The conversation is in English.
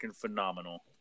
phenomenal